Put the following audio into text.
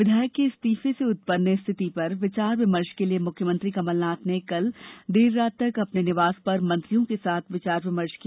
विधायक के इस्तीफ से उत्पन्न स्थिति पर विचार विमर्श के लिए मुख्यमंत्री कमलनाथ ने कल देर रात तक अपने निवास पर मंत्रियों के साथ विचार विमर्श किया